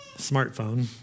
smartphone